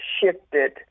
shifted